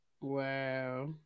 Wow